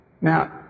Now